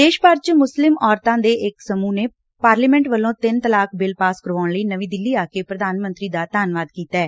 ਦੇਸ਼ ਭਰ ਚ ਮੁਸਲਿਮ ਔਰਤਾਂ ਦੇ ਇਕ ਸਮੁਹ ਨੇ ਪਾਰਲੀਮੈਟ ਵੱਲੋ ਤਿੰਨ ਤਲਾਕ ਬਿੱਲ ਪਾਸ ਕਰਵਾਉਣ ਲਈ ਨਵੀ ਦਿੱਲੀ ਆ ਕੇ ਪੁਧਾਨ ਮੰਤਰੀ ਦਾ ਧੰਨਵਾਦ ਕੀਤੈ